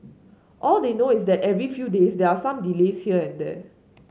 all they know is their every few days there are some delays here and there